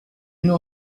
know